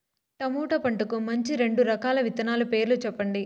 tomato పంటకు మంచి రెండు రకాల విత్తనాల పేర్లు సెప్పండి